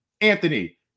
Anthony